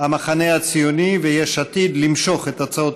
המחנה הציוני ויש עתיד למשוך את הצעות